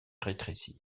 rétrécir